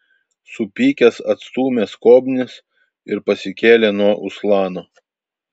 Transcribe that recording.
supykęs atstūmė skobnis ir pasikėlė nuo uslano